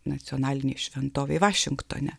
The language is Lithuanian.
nacionalinėj šventovėj vašingtone